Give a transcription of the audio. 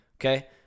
okay